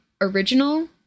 original